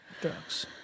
drugs